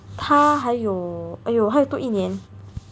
他还有 !aiyo! 还有多一年